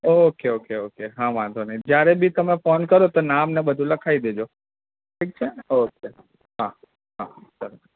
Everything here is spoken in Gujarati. ઓકે ઓકે ઓકે ઓકે હા વાંધો નહીં જયારે બી તમે ફોન કરો તો નામ ને બધું લખાવી દેજો ઠીક છે ઓકે હા હા ચલો